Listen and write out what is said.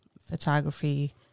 photography